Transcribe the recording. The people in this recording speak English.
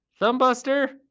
Thumbbuster